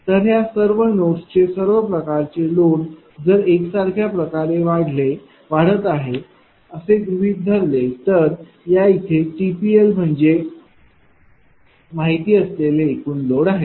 तर ह्या सर्व नोड्सचे सर्व प्रकारचे लोड जर एक सारख्या प्रकारे वाढत आहे असे गृहित धरले तर या इथे TPL म्हणजे माहिती असलेले एकूण लोड आहे